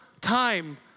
time